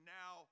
now